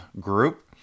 group